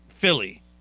Philly